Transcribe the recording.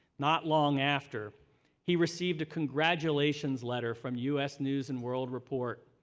not long after he received a congratulations letter from u s. news and world report,